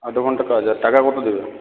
আট ঘণ্টা কাজ আর টাকা কত দেবে